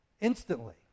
Instantly